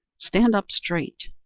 stand up straight.